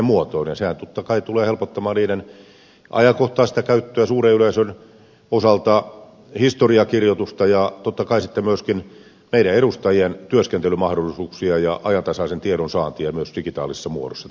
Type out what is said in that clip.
sehän totta kai tulee helpottamaan niiden ajankohtaista käyttöä suuren yleisön osalta historiankirjoitusta ja totta kai sitten myöskin meidän edustajien työskentelymahdollisuuksia ja ajantasaisen tiedon saantia myös digitaalisessa muodossa